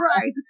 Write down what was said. right